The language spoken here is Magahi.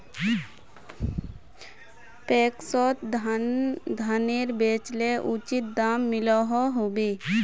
पैक्सोत धानेर बेचले उचित दाम मिलोहो होबे?